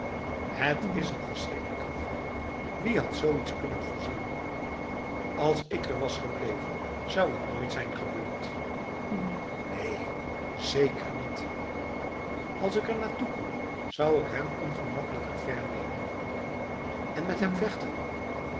het is n verschrikkelijk geval wie had zoiets kunnen voorzien als ik er was gebleven zou het nooit zijn gebeurd neen zeker niet als ik ernaartoe kon zou ik hem ongemakkelijk a faire nemen en met hem vechten